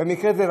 במקרה זה,